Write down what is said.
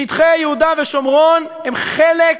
שטחי יהודה ושומרון הם חלק